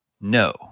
No